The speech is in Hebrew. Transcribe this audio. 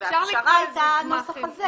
הפשרה הייתה הנוסח הזה.